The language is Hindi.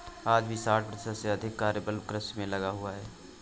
आज भी साठ प्रतिशत से अधिक कार्यबल कृषि में लगा हुआ है